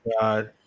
god